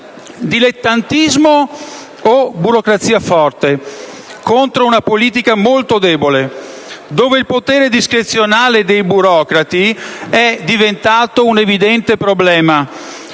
Dilettantismo o burocrazia forte, contro una politica molto debole, dove il potere discrezionale dei burocrati è diventato un evidente problema.